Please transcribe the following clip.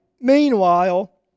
Meanwhile